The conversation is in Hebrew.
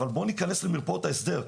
אבל בואו ניכנס למרפאות ההסדר.